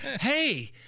hey